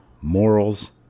morals